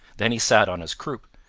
then he sat on his croup,